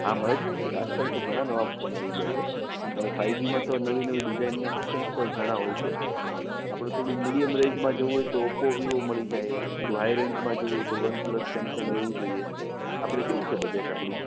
હા મળે છે ને સાહેબ આજકાલ તો ઘણા નવા ફોન આવી ગયાં છે અને ફાઇવ જી માં તો નવી નવી ડિઝાઇન્સના ઓપ્શન્સ પણ ઘણાં હોય છે આપણે થોડુંક મીડિયમ રેન્જમાં જોવું હોય તો ઓપ્પો વિવો મળી જાય થોડું હાય રેન્જમાં જવું હોય તો વન પ્લસ સેમસંગ એવું જોઈએ આપણે કેવું છે બજેટ આપણું